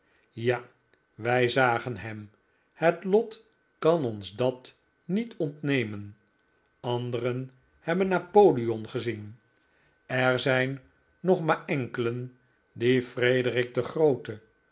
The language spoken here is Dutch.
ja wij zagen hem het lot kan ons dat niet ontnemen anderen hebben napoleon gezien er zijn nog maar enkelen die frederik den grooten